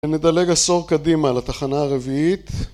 ונדלג עשור קדימה לתחנה הרביעית